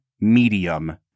medium